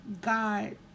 God